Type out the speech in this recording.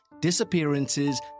disappearances